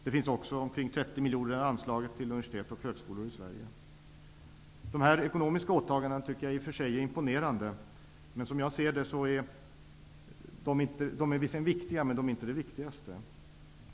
Det finns också omkring 30 Dessa ekonomiska åtaganden tycker jag i och för sig är imponerande, men som jag ser det är de viktiga, men inte de viktigaste.